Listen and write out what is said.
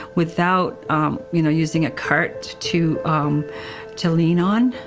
without you know using a cart to um to lean on,